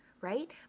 right